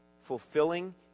Fulfilling